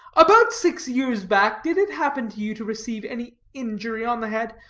about six years back, did it happen to you to receive any injury on the head?